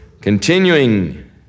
Continuing